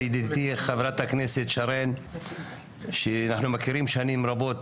ידידתי חברת הכנסת שרן שאנו מכירים שנים רבות.